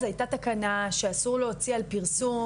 הייתה תקנה שאסור להוציא על פרסום,